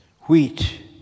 wheat